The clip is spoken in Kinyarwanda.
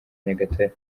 nyagatare